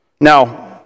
Now